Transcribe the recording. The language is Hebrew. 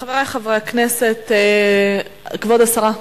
כבוד השרה,